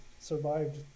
survived